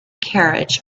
carriage